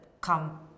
come